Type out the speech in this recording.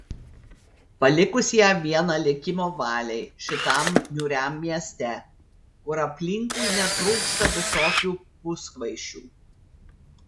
palikusi ją vieną likimo valiai šitam niūriam mieste kur aplinkui netrūksta visokių puskvaišių